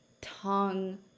tongue